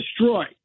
destroyed